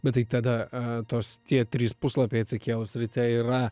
bet tai tada tos tie trys puslapiai atsikėlus ryte yra